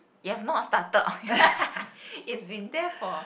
you have not started on it has been there for